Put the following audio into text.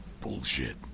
bullshit